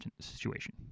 situation